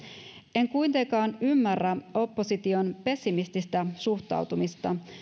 en kuitenkaan ymmärrä opposition pessimististä suhtautumista